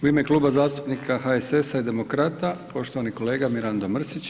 U ime Kluba zastupnika HSS-a i Demokrata poštovani kolega Mirando Mrsić.